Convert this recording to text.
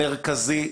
המרכזי.